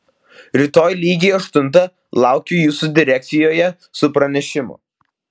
rytoj lygiai aštuntą laukiu jūsų direkcijoje su pranešimu